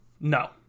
No